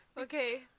Okay